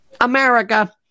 America